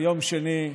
ביום שני,